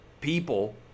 people